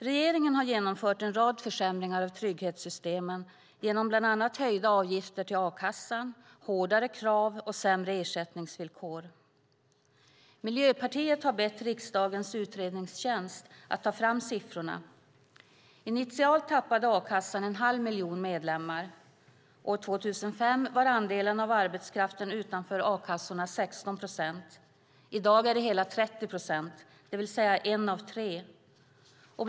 Regeringen har genomfört en rad försämringar av trygghetssystemen genom bland annat höjda avgifter till a-kassan, hårdare krav och sämre ersättningsvillkor. Miljöpartiet har bett riksdagens utredningstjänst att ta fram siffror. Initialt tappade a-kassan en halv miljon medlemmar. År 2005 var andelen av arbetskraften utanför a-kassorna 16 procent. I dag är det hela 30 procent, det vill säga en av tre står utanför.